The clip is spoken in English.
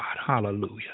Hallelujah